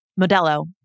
Modelo